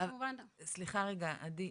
סליחה רגע, עדי,